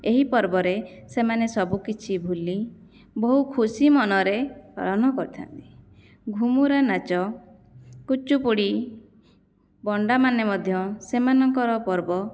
ଏହି ପର୍ବରେ ସେମାନେ ସବୁ କିଛି ଭୁଲି ବହୁ ଖୁସି ମନରେ ପାଳନ କରିଥାନ୍ତି ଘୁମୁରା ନାଚ କୁଚୁପୁଡ଼ି ବଣ୍ଡାମାନେ ମଧ୍ୟ ସେମାନଙ୍କର ପର୍ବ